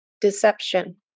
Deception